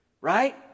right